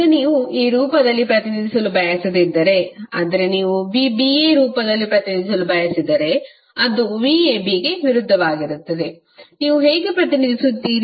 ಈಗ ನೀವು ಈ ರೂಪದಲ್ಲಿ ಪ್ರತಿನಿಧಿಸಲು ಬಯಸದಿದ್ದರೆ ಆದರೆ ನೀವು vba ರೂಪದಲ್ಲಿ ಪ್ರತಿನಿಧಿಸಲು ಬಯಸಿದರೆ ಅದು vabಗೆ ವಿರುದ್ಧವಾಗಿರುತ್ತದೆ ನೀವು ಹೇಗೆ ಪ್ರತಿನಿಧಿಸುತ್ತೀರಿ